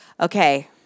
Okay